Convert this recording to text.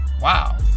Wow